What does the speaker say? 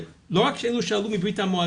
לא רק שאלו שעלו מבריה"מ,